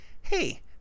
hey